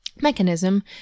mechanism